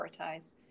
prioritize